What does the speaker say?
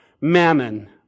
mammon